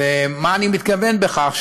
ולמה אני מתכוון בכך?